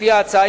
לפי ההצעה,